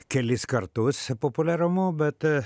kelis kartus populiarumu bet